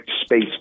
space